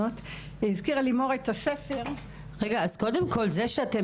הזכירה את הספר --- קודם כל זה שאתם